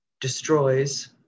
destroys